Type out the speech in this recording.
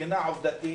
מבחינה עובדתית